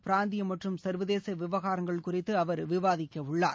பிராந்திய மற்றும் சர்வதேச விவகாரங்கள் குறித்து அவர் விவாதிக்கவுள்ளார்